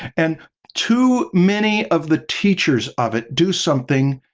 and too many of the teachers of it do something